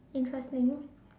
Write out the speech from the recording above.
interesting